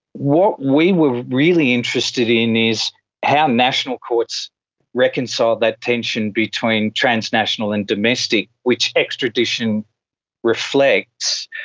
what we were really interested in is how national courts reconciled that tension between transnational and domestic, which extradition reflects,